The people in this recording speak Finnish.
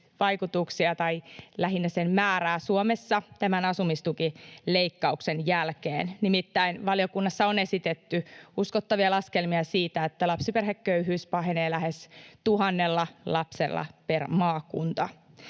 vaikutuksia, tai lähinnä sen määrää, Suomessa tämän asumistukileikkauksen jälkeen. Nimittäin valiokunnassa on esitetty uskottavia laskelmia siitä, että lapsiperheköyhyys pahenee lähes tuhannella lapsella per maakunta.